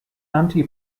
anti